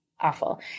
awful